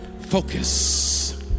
Focus